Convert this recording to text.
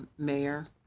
mayor,